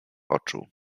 oczu